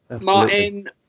Martin